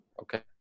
okay